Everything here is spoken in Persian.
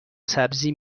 سبزی